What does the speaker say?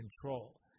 control